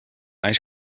ice